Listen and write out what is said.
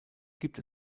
gibt